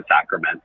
sacrament